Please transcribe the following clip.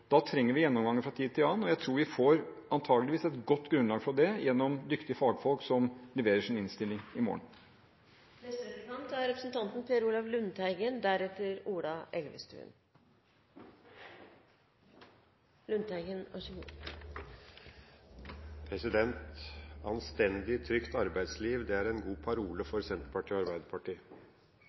Da trenger vi gjennomganger fra tid til annen, og vi får antakeligvis et godt grunnlag for det gjennom dyktige fagfolk som leverer sin innstilling i morgen. «Et anstendig, trygt arbeidsliv» er en god parole for Senterpartiet og Arbeiderpartiet.